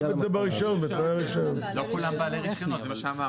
לא כולם בעלי רישיונות.